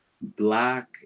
Black